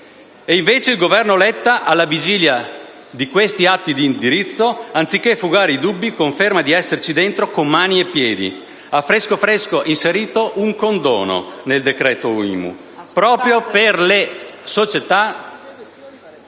Invece il Governo Letta, alla vigilia di questi atti di indirizzo, anziché fugare i dubbi, conferma di esserci dentro con mani e piedi. Ha infatti inserito fresco fresco un condono nel decreto IMU proprio per le società